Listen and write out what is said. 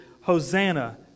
Hosanna